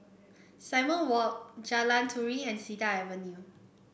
Simon Walk Jalan Turi and Cedar Avenue